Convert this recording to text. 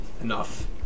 Enough